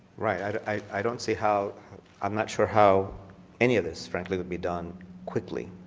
right. i don't see how i'm not sure how any of this frankly that we done quickly.